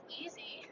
easy